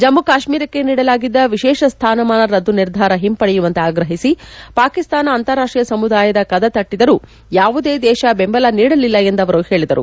ಜಮ್ನು ಕಾಶ್ನೀರಕ್ಕೆ ನೀಡಲಾಗಿದ್ದ ವಿಶೇಷ ಸ್ವಾನಮಾನ ರದ್ದು ನಿರ್ಧಾರ ಹಿಂಪಡೆಯುವಂತೆ ಆಗ್ರಹಿಸಿ ಪಾಕಿಸ್ತಾನ ಅಂತಾರಾಷ್ವೀಯ ಸಮುದಾಯದ ಕದ ತಟ್ಟಿದರೂ ಯಾವುದೇ ದೇಶ ಬೆಂಬಲ ನೀಡಲಿಲ್ಲ ಎಂದು ಅವರು ಹೇಳಿದರು